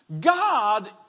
God